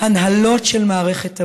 הנהלות של מערכת הבריאות.